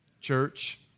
Church